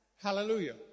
Hallelujah